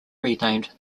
renamed